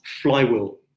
flywheel